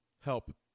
help